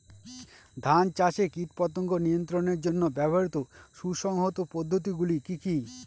ধান চাষে কীটপতঙ্গ নিয়ন্ত্রণের জন্য ব্যবহৃত সুসংহত পদ্ধতিগুলি কি কি?